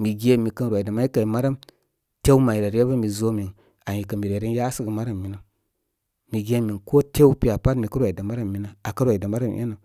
Mi ge mikə rwidə may kay marəm, tew mayrə ryə bə mi zo min ay kə mi re ren yasəgə marəm minə. Mi ge min ko tew piya pat mi kə rwidə marəm minə, akə rwidə marəm énə.